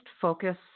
focus